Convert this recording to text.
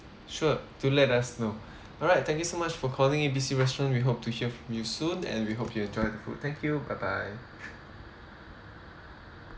sure do let us know alright thank you so much for calling A B C restaurant we hope to hear from you soon and we hope you enjoy the food thank you bye bye